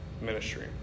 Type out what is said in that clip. ministry